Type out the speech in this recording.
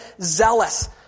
zealous